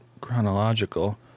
chronological